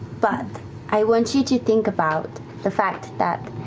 but i want you to think about the fact that,